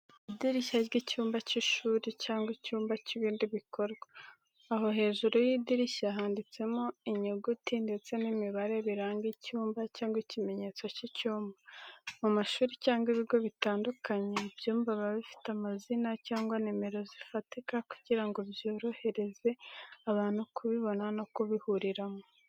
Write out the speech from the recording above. Idirishya ry'icyumba cy'ishuri cyangwa icyumba cy'ibindi bikorwa, aho hejuru y'idirishya handitsemo inyuguti ndetse n'imibare biranga icyumba cyangwa ikimenyetso cy'icyumba. Mu mashuri cyangwa ibigo bitandukanye ibyumba biba bifite amazina cyangwa nimero zifatika kugira ngo byorohereze abantu kubibona no kubihuriramo.